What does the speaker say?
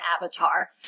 Avatar